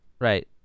right